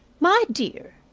my dear,